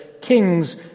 kings